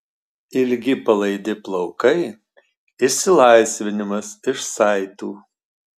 ilgi palaidi plaukai išsilaisvinimas iš saitų